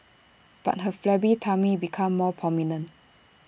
but her flabby tummy became more prominent